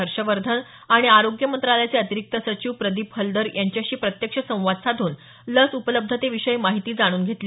हर्षवर्धन आणि आरोग्य मंत्रालयाचे अतिरिक्त सचिव प्रदिप हलदर यांच्याशी प्रत्यक्ष संवाद साधून लस उपलब्धतेविषयी माहिती जाणून घेतली